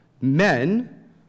men